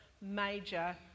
major